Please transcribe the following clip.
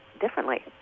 differently